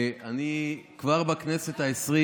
אני כבר בכנסת העשרים